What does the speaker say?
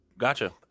Gotcha